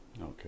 okay